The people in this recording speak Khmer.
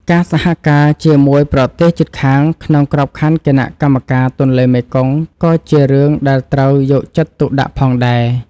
ការសហការជាមួយប្រទេសជិតខាងក្នុងក្របខ័ណ្ឌគណៈកម្មការទន្លេមេគង្គក៏ជារឿងដែលត្រូវយកចិត្តទុកដាក់ផងដែរ។